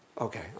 Okay